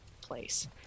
place